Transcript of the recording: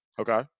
Okay